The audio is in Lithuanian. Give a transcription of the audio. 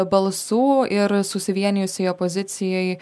balsų ir susivienijusiai opozicijai